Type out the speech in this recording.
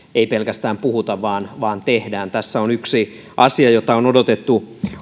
ei pelkästään puhuta vaan vaan tehdään tässä on yksi asia jota on odotettu